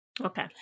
okay